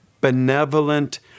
benevolent